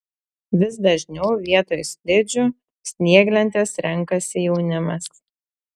vis dažniau vietoj slidžių snieglentes renkasi jaunimas